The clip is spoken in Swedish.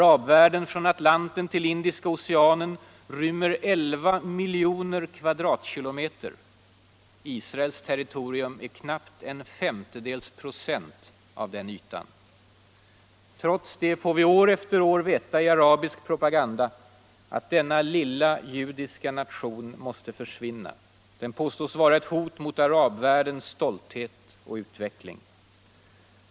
Arabvärlden från Atlanten till Indiska oceanen rymmer 11 miljoner kvadratkilometer; Israels territorium är knappt en femtedels procent av den ytan. Trots det får vi år efter år veta i arabisk propaganda att denna lilla judiska nation måste försvinna. Den påstås vara ett hot mot arabvärldens stolthet och utveckling.